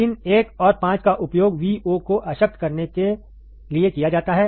pin 1 और 5 का उपयोग Vo को अशक्त करने के लिए किया जाता है